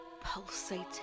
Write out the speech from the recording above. pulsating